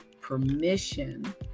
permission